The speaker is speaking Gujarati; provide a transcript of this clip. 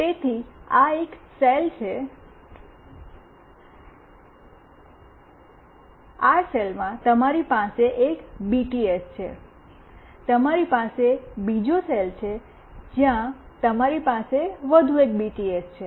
તેથી આ એક સેલ છે આ સેલમાં તમારી પાસે એક બીટીએસ છે તમારી પાસે બીજો સેલ છે જ્યાં તમારી પાસે વધુ એક બીટીએસ છે